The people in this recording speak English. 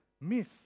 myth